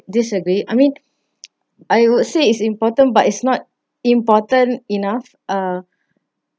disagree I mean I would say it's important but it's not important enough uh